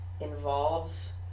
involves